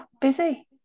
busy